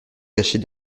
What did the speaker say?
cachée